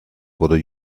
wurde